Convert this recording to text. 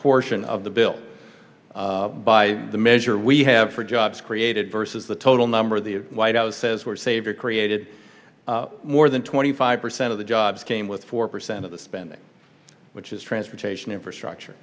portion of the bill by the measure we have for jobs created versus the total number of the white house says were saved or created more than twenty five percent of the jobs came with four percent of the spending which is transportation infrastructure